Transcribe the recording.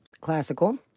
classical